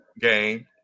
game